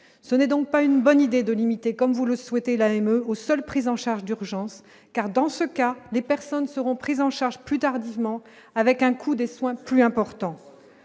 ce n'est donc pas une bonne idée de l'imiter comme vous le souhaitez, la même au sol prise en charge d'urgence car, dans ce cas, les personnes seront pris en charge plus tardivement, avec un coût des soins plus importants,